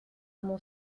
mon